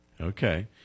Okay